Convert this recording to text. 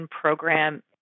Program